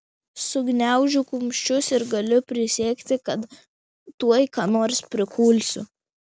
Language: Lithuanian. sugniaužiu kumščius ir galiu prisiekti kad tuoj ką nors prikulsiu